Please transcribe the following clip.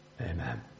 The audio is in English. Amen